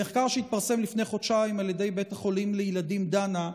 במחקר שהתפרסם לפני חודשיים על ידי בית החולים לילדים דנה,